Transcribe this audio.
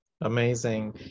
amazing